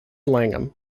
langham